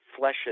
fleshes